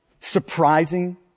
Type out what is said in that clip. Surprising